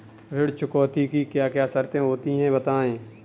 ऋण चुकौती की क्या क्या शर्तें होती हैं बताएँ?